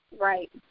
Right